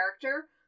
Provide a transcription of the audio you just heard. character